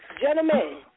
Gentlemen